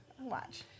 watch